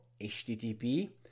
http